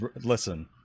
Listen